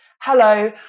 Hello